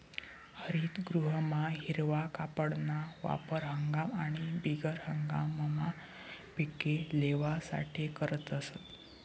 हरितगृहमा हिरवा कापडना वापर हंगाम आणि बिगर हंगाममा पिके लेवासाठे करतस